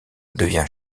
devient